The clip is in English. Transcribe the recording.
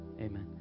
Amen